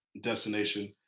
destination